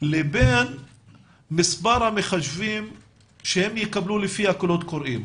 לבין מספר המחשבים שיקבלו לפי הקולות הקוראים.